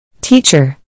Teacher